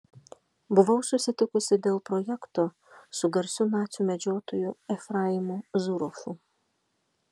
buvau susitikusi dėl projekto su garsiu nacių medžiotoju efraimu zuroffu